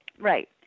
Right